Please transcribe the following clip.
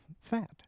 fat